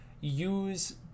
use